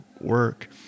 work